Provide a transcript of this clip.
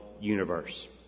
universe